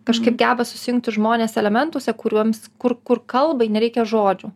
kažkaip geba susijungti žmonės elementuose kuriuoms kur kalbai nereikia žodžių